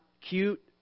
cute